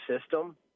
system